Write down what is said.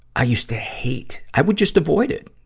i used to hate, i would just avoid it.